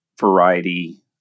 variety